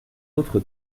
autre